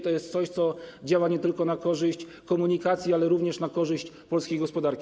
To jest coś, co działa nie tylko na korzyść komunikacji, ale również na korzyść polskiej gospodarki.